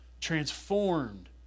transformed